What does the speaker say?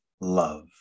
love